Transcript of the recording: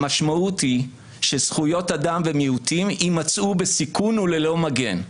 המשמעות היא שזכויות אדם ומיעוטים יימצאו בסיכון וללא מגן.